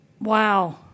Wow